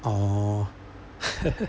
orh